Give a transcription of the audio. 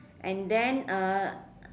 and then uh